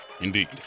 indeed